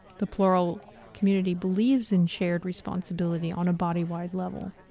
the plural community believes in shared responsibility on a body-wide level.